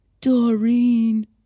Doreen